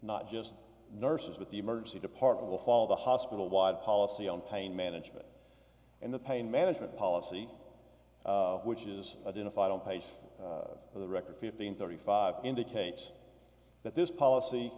not just nurses with the emergency department will follow the hospital wide policy on pain management and the pain management policy which is identified on page the record fifteen thirty five indicates that this policy